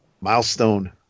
milestone